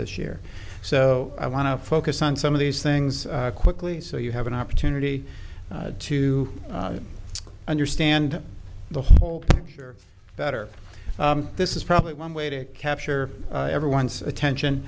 this year so i want to focus on some of these things quickly so you have an opportunity to understand the whole picture better this is probably one way to capture everyone's attention